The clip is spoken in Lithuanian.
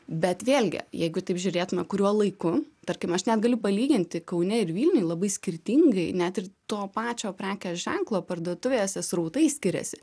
bet vėlgi jeigu taip žiūrėtume kuriuo laiku tarkim aš net galiu palyginti kaune ir vilniuj labai skirtingai net ir to pačio prekės ženklo parduotuvėse srautai skiriasi